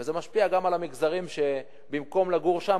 וזה משפיע גם על המגזרים שבמקום לגור שם,